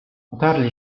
otarli